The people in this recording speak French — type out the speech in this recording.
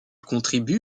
contribue